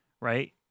Right